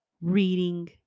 reading